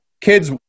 kids